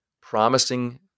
promising